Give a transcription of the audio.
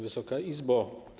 Wysoka Izbo!